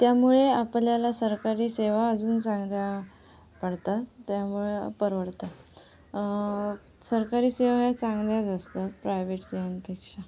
त्यामुळे आपल्याला सरकारी सेवा अजून चांगल्या पडतात त्यामुळे परवडतात सरकारी सेवा या चांगल्याच असतात प्रायव्हेट सेवांपेक्षा